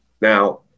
Now